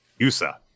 Yusa